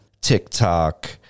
TikTok